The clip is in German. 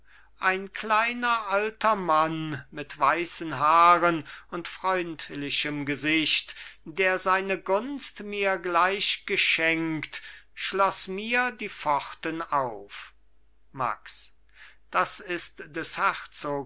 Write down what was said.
ein kleiner alter mann mit weißen haaren und freundlichem gesicht der seine gunst mir gleich geschenkt schloß mir die pforten auf max das ist des